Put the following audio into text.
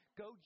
go